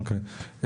אוקיי.